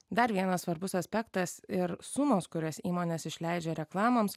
dar vienas svarbus aspektas ir sumos kurias įmonės išleidžia reklamoms